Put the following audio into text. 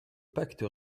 pacte